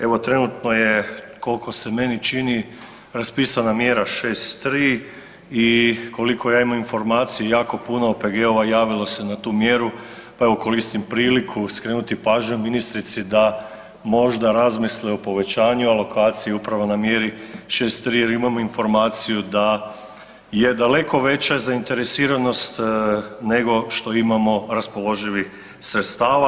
Evo trenutno je koliko se meni čini raspisana mjera 6.3 i koliko ja imam informacije jako puno OPG-ova javilo se na tu mjeru pa evo koristim priliku skrenuti pažnju ministrici da možda razmisle o povećanju alokacije upravo na mjeri 6.3. jer imamo informaciju da je daleko veća zainteresiranost nego što imamo raspoloživih sredstava.